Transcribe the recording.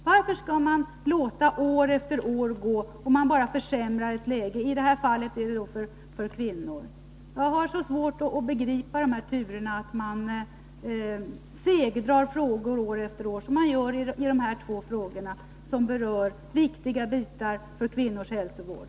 Varför skall man låta år efter år gå och bara försämra läget, i det här fallet för kvinnor? Jag har så svårt att begripa de här turerna, att man segdrar frågor, som man gör med de här frågorna som berör viktiga bitar i kvinnors hälsovård.